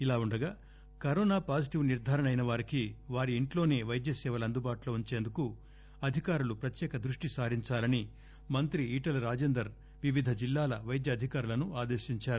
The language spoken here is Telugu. ఇలాఉండగా కరోనా పాజిటివ్ నిర్దారణ అయినవారికి వారి ఇంట్లోసే వైద్య సేవలు అందుబాటులో ఉంచేందుకు అధికారులు ప్రత్యేక దృష్టి సారించాలని మంత్రి ఈటల రాజేందర్ వివిధ జిల్లాల పైద్యఅధికారులను ఆదేశించారు